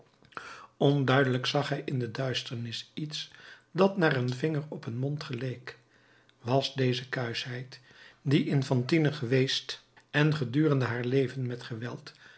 onduidelijk zag hij in de duisternis iets dat naar een vinger op een mond geleek was deze kuischheid die in fantine geweest en gedurende haar leven met geweld